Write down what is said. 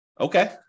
Okay